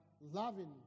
loving